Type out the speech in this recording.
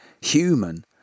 human